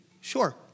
Sure